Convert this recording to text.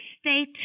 state